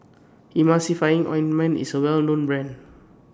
Emulsying Ointment IS A Well known Brand